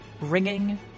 Ringing